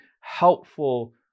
helpful